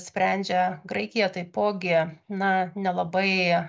sprendžia graikija taipogi na nelabai